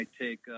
take